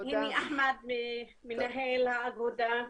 הנה אחמד, מנהל האגודה.